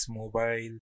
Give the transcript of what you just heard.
mobile